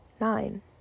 Nine